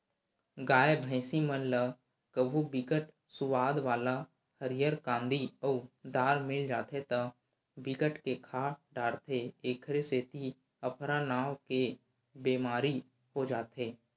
गाय, भइसी मन ल कभू बिकट सुवाद वाला हरियर कांदी अउ दार मिल जाथे त बिकट के खा डारथे एखरे सेती अफरा नांव के बेमारी हो जाथे